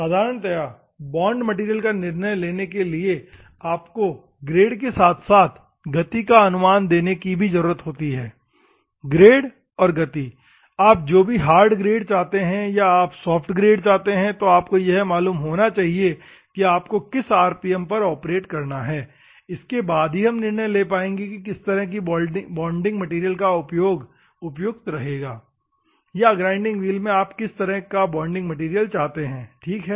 साधारणतया bond material का निर्णय लेने के लिए आपको ग्रेड के साथ साथ गति का अनुमान होने की भी जरूरत होती है ग्रेड और गति आप जो भी हार्ड ग्रेड चाहते हैं या आप सॉफ्ट ग्रेड चाहते हैं तो आपको यह मालूम होना चाहिए की आपको किस आरपीएम पर ऑपरेट करना है इसके बाद ही हम निर्णय लें पाएंगे कि किस तरह का बॉन्डिंग मैटेरियल उपयुक्त होगा या ग्राइंडिंग व्हील में आप किस तरह का बॉन्डिंग मैटेरियल चाहते हैं ठीक है